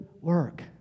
work